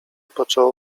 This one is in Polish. poczęło